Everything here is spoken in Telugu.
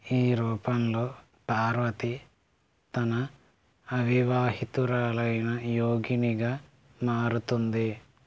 ఈ రూపంలో పార్వతి తన అవివాహితురాలైన యోగినిగా మారుతుంది